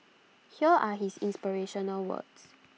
here are his inspirational words